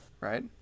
Right